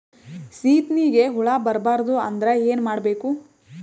ಸೀತ್ನಿಗೆ ಹುಳ ಬರ್ಬಾರ್ದು ಅಂದ್ರ ಏನ್ ಮಾಡಬೇಕು?